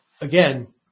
again